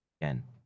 again